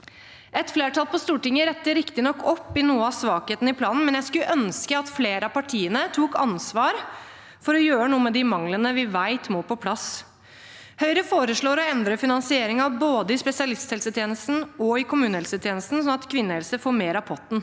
Et flertall på Stortinget retter riktignok opp i noe av svakheten i planen, men jeg skulle ønske at flere av partiene tok ansvar for å gjøre noe med de manglene vi vet er der. Høyre foreslår å endre finansieringen både i spesialisthelsetjenesten og i kommunehelsetjenesten, sånn at kvinnehelse får mer av potten.